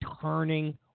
turning